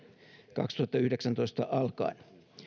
kaksituhattayhdeksäntoista alkaen